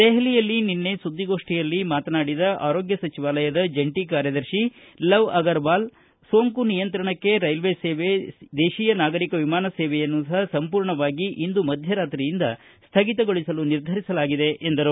ದೆಹಲಿಯಲ್ಲಿ ನಿನ್ನೆ ಸುದ್ದಿಗೋಷ್ಠಿಯಲ್ಲಿ ಮಾತನಾಡಿದ ಆರೋಗ್ಯ ಸಚಿವಾಲಯದ ಜಂಟ ಕಾರ್ಯದರ್ಶಿ ಲವ್ ಅಗರವಾಲ್ ಸೋಂಕು ನಿಯಂತ್ರಣಕ್ಕೆ ರೈಲ್ವೆ ಸೇವೆಯಂತೆ ದೇಶೀಯ ನಾಗರಿಕ ವಿಮಾನ ಸೇವೆಯನ್ನು ಸಂಪೂರ್ಣವಾಗಿ ಇಂದು ಮಧ್ವರಾತ್ರಿಯಿಂದ ಸ್ವಗಿತಗೊಳಿಸಲು ನಿರ್ಧರಿಸಲಾಗಿದೆ ಎಂದರು